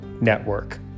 Network